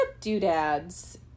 doodads